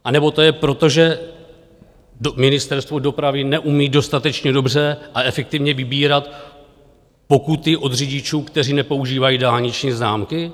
Anebo to je proto, že Ministerstvo dopravy neumí dostatečně dobře a efektivně vybírat pokuty od řidičů, kteří nepoužívají dálniční známky?